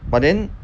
but then